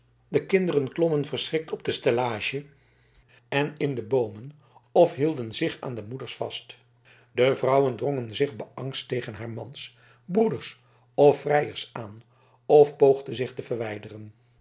de kinderen klommen verschrikt op de stellage en in de boomen of hielden zich aan de moeders vast de vrouwen drongen zich beangst tegen haar mans broeders of vrijers aan of poogden zich te verwijderen